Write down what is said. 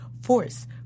Force